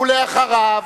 ואחריו,